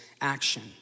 action